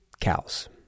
cows